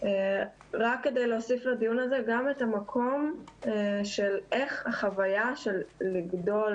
רק כדי להוסיף לדיון הזה גם את המקום של איך החוויה של לגדול